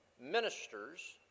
ministers